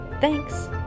Thanks